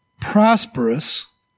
prosperous